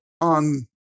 on